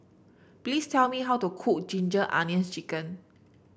please tell me how to cook Ginger Onions chicken